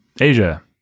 asia